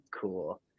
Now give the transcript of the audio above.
Cool